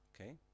Okay